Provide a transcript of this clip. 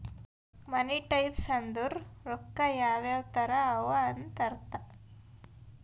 ಮನಿ types ಅಂದುರ್ ರೊಕ್ಕಾ ಯಾವ್ ಯಾವ್ ತರ ಅವ ಅಂತ್ ಅರ್ಥ